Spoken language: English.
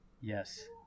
Yes